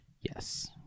Yes